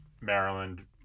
Maryland